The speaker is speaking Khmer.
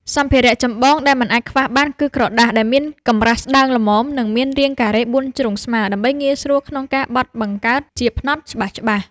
សម្ភារៈចម្បងដែលមិនអាចខ្វះបាន គឺក្រដាសដែលមានកម្រាស់ស្ដើងល្មម និងមានរាងការ៉េបួនជ្រុងស្មើ ដើម្បីងាយស្រួលក្នុងការបត់បង្កើតជាផ្នត់ច្បាស់ៗ។